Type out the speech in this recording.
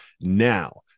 now